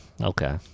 Okay